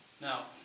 Now